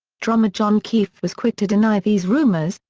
drummer john keefe was quick to deny these rumors,